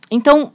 Então